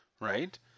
right